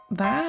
Bye